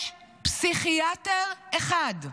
יש פסיכיאטר אחד,